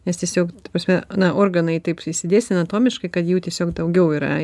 nes tiesiog prasme na organai taip išsidėstę anatomiškai kad jų tiesiog daugiau yra